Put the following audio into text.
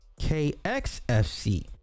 kxfc